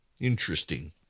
Interesting